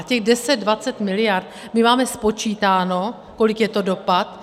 A těch 10 až 20 mld., my máme spočítáno, kolik je to dopad.